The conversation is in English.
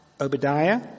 Obadiah